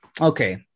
okay